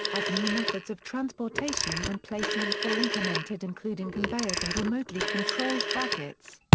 as new methods of transportation and placement were implemented including conveyors and remotely controlled buckets.